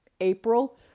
April